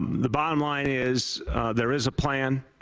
the bottom line is there is a plan.